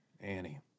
Annie